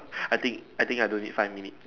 I think I think I don't need five minute